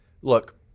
Look